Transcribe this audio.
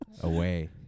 away